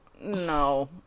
No